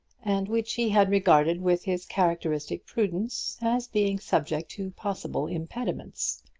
and which he had regarded with his characteristic prudence as being subject to possible impediments.